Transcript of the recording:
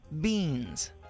Beans